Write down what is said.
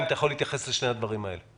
אם אתה יכול להתייחס לשני הדברים הללו.